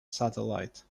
satellite